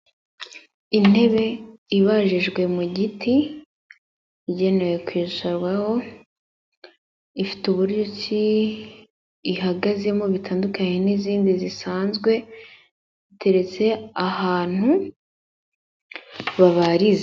Intebe ibajijwe mu giti igenewe kwicarwaho, ifite uburyo ki ihagazemo bitandukanye n'izindi zisanzwe iteretse ahantu babariza.